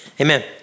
amen